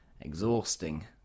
exhausting